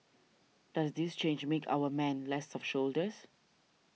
does this change make our men less of soldiers